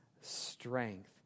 strength